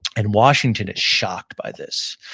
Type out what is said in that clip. and washington is shocked by this.